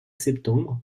septembre